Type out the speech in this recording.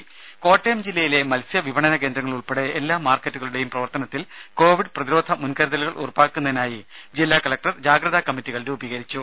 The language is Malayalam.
രുമ കോട്ടയം ജില്ലയിലെ മത്സ്യവിപണന കേന്ദ്രങ്ങൾ ഉൾപ്പെടെ മാർക്കറ്റുകളുടെയും പ്രവർത്തനത്തിൽ കോവിഡ് എല്ലാ പ്രതിരോധ മുൻകരുതലുകൾ ഉറപ്പാക്കുന്നതിനായി ജില്ലാ കലക്ടർ ജാഗ്രതാ കമ്മിറ്റികൾ രൂപീകരിച്ചു